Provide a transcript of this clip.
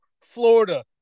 Florida